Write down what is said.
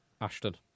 Ashton